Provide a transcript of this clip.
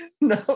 No